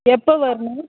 எப்போ வரணும்